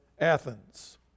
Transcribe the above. Athens